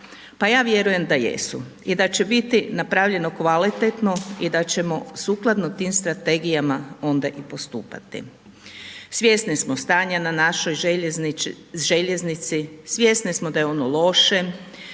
Pa ja vjerujem da jesu. I da će biti napravljeno kvalitetno i da ćemo sukladno tim strategijama onda i postupati. Svjesni smo stanja na našoj željeznici, svjesni smo da je ono loše.